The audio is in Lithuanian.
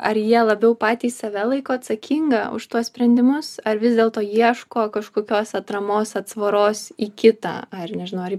ar jie labiau patys save laiko atsakinga už tuos sprendimus ar vis dėlto ieško kažkokios atramos atsvaros į kitą ar nežinau ar į